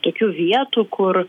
tokių vietų kur